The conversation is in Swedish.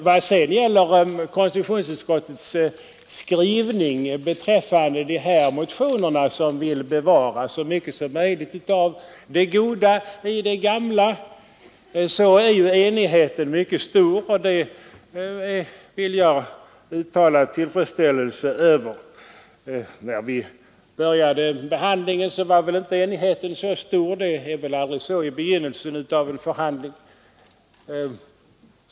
Vad sedan gäller konstitutionsutskottets skrivning beträffande de motioner som vill bevara så mycket som möjligt av det goda i det gamla så är enigheten mycket stor, och det vill jag uttala tillfredsställelse över. När vi började behandlingen var väl inte enigheten så stor; det är ju aldrig så i begynnelsen av en förhandling.